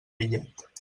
bitllet